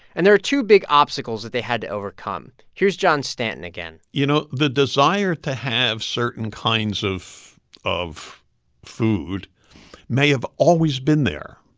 and there are two big obstacles that they had to overcome. here's john stanton again you know, the desire to have certain kinds of of food may have always been there,